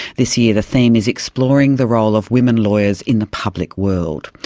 this year the theme is exploring the role of women lawyers in the public world.